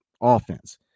offense